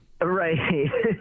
Right